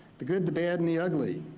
the good, the bad, and the ugly.